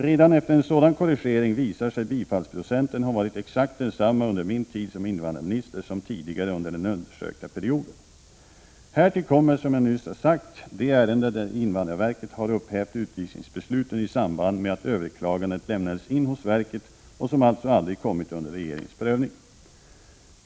Redan efter en sådan korrigering visar sig bifallsprocenten ha varit exakt densamma under min tid som invandrarminister som tidigare under den undersökta perioden. Härtill kommer, som jag nyss har sagt, de ärenden där invandrarverket har upphävt utvisningsbesluten i samband med att överklagandet lämnades in hos verket och som alltså aldrig kommit under regeringens prövning.